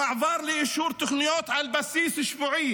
המעבר לאישור תוכניות על בסיס שבועי"